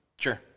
Sure